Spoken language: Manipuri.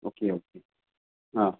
okay okay ah